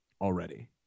already